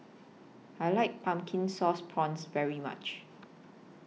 I like Pumpkin Sauce Prawns very much